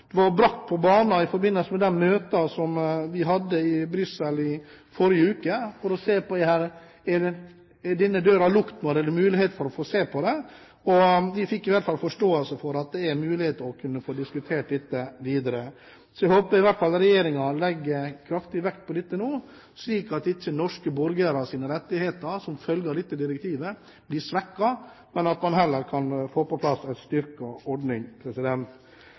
Det var brakt på banen i forbindelse med de møtene som vi hadde i Brussel i forrige uke, der vi så på: Er denne døren lukket nå, eller er det mulighet for å få se på det? Man fikk i hvert fall forståelse for at det er mulig å kunne få diskutert dette videre. Jeg håper i hvert fall regjeringen legger kraftig vekt på dette nå, slik at norske borgeres rettigheter som følge av dette direktivet ikke blir svekket, men at man heller kan få på plass en styrket ordning.